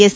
S